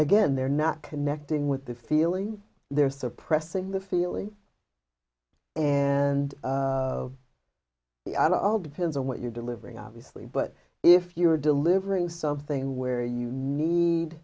again they're not connecting with the feeling they're suppressing the feely and we are all depends on what you're delivering obviously but if you're delivering something where you need